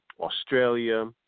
Australia